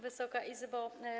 Wysoka Izbo!